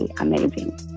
amazing